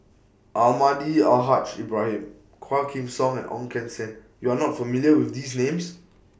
Almahdi Al Haj Ibrahim Quah Kim Song and Ong Keng Sen YOU Are not familiar with These Names